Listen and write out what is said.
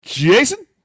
Jason